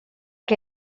que